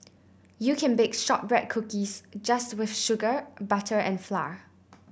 you can bake shortbread cookies just with sugar butter and flour